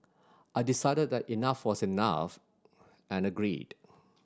I decided that enough was enough and agreed